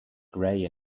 gray